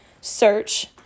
search